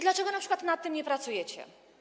Dlaczego np. nad tym nie pracujecie?